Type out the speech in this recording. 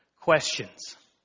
questions